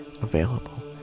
available